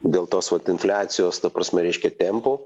dėl tos vat infliacijos ta prasme reiškia tempų